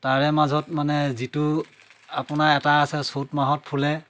তাৰে মাজত মানে যিটো আপোনাৰ এটা আছে চ'ত মাহত ফুলে